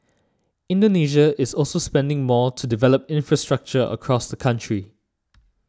Indonesia is also spending more to develop infrastructure across the country